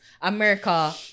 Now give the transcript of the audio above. America